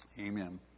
Amen